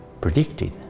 predicted